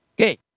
Okay